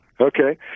Okay